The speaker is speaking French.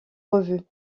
revues